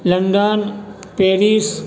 London Paris